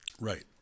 Right